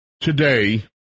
today